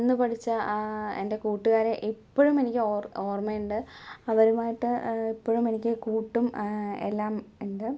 അന്ന് പഠിച്ച എൻ്റെ കൂട്ടുകാരെ ഇപ്പഴും എനിക്ക് ഓർ ഓർമ്മയുണ്ട് അവരുമായിട്ട് ഇപ്പോഴും എനിക്ക് കൂട്ടും എല്ലാം ഉണ്ട്